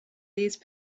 these